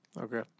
Okay